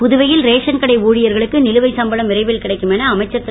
புதுவையில் ரேஷன் கடை ஊழியர்களுக்கு நிலுவை சம்பளம் விரைவில் கிடைக்கும் என அமைச்சர் திரு